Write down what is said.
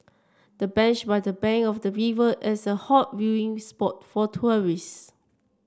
the bench by the bank of the river is a hot viewing spot for tourists